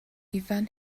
ifan